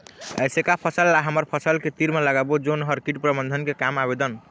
ऐसे का फसल ला हमर फसल के तीर मे लगाबो जोन कीट प्रबंधन के काम आवेदन?